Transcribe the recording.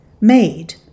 made